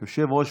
היא ראויה,